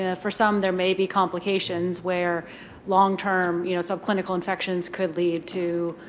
ah for some, there may be complications where long term you know, so clinical infections could lead to,